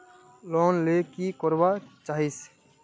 Loan ले की करवा चाहीस?